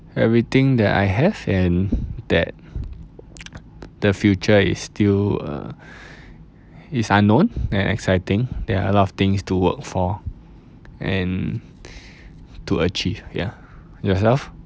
everything that I have and that the future is still uh is unknown and exciting there are a lot of things to work for and to achieve ya yourself